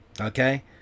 okay